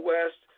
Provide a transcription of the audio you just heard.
West